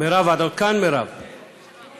בספורט (מכון